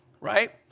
right